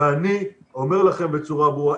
ואני אומר לכם בצורה ברורה,